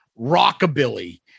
rockabilly